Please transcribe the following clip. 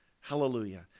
Hallelujah